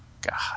God